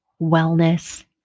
wellness